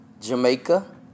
Jamaica